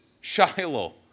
Shiloh